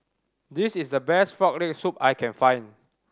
this is the best Frog Leg Soup I can find